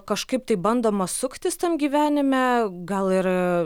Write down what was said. kažkai taip bandoma suktis tam gyvenime gal ir